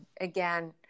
again